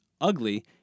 ugly